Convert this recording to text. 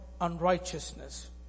unrighteousness